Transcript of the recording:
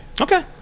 Okay